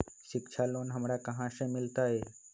शिक्षा लोन हमरा कहाँ से मिलतै?